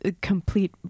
complete